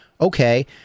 okay